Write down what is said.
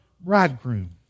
bridegroom